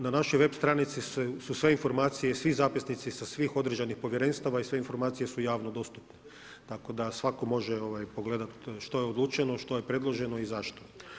Na našoj web stranici su sve informacije, svi zapisnici sa svih određenih povjerenstava i sve informacije su javno dostupne, tako da svatko može pogledati što je odlučeno, što je predloženo i zašto.